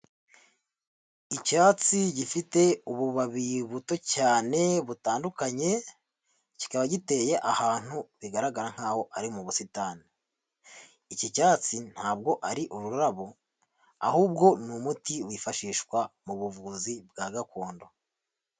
Icyatsi gifite ububabi buto cyane butandukanye, kikaba giteye ahantu bigaragara nkaho ari mu busitani. Iki cyatsi ntabwo ari ururabo, ahubwo ni umuti wifashishwa mu buvuzi bwa gakondo.